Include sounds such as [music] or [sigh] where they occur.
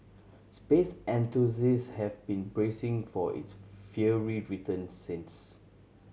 space [unintelligible] have been bracing for its fiery return since